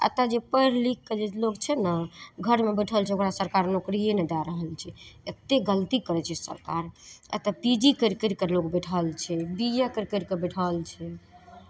एतय जे पढ़ि लिखि कऽ जे लोक छै ने घरमे बैठल छै ओकरा सरकार नौकरिए नहि दए रहल छै एतेक गलती करै छै सरकार एतय पी जी करि करि कऽ लोक बैठल छै बी ए करि करि कऽ बैठल छै